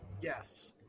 Yes